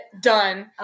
Done